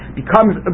becomes